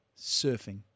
Surfing